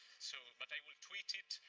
so but i will tweet it.